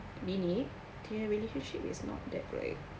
mini relationship is not that right